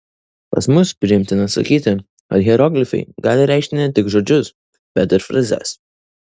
pas mus priimtina sakyti kad hieroglifai gali reikšti ne tik žodžius bet ir frazes